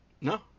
No